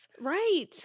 Right